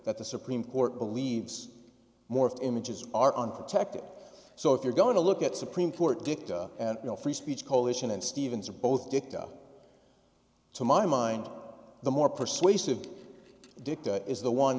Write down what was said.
that the supreme court believes morphed images are unprotected so if you're going to look at supreme court dicta and you know free speech coalition and stevens are both dicta to my mind the more persuasive dicta is the one